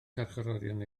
carcharorion